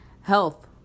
health